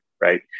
Right